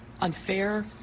unfair